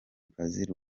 brazil